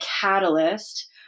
catalyst